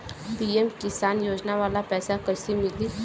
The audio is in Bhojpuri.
पी.एम किसान योजना वाला पैसा कईसे मिली?